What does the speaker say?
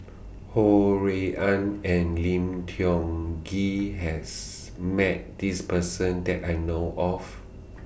Ho Rui An and Lim Tiong Ghee has Met This Person that I know of